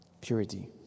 Purity